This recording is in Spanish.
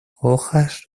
hojas